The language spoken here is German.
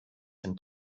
dem